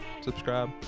subscribe